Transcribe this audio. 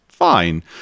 fine